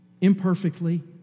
Imperfectly